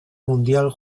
mundial